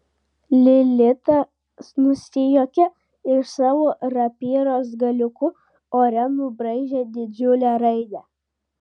lilita nusijuokė ir savo rapyros galiuku ore nubraižė didžiulę raidę